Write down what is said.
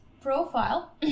profile